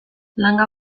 langa